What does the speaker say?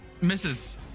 Misses